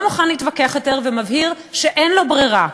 מוכן להתווכח יותר ומבהיר שאין לו ברירה,